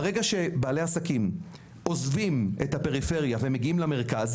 ברגע שבעלי עסקים עוזבים את הפריפריה ומגיעים למרכז